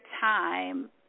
time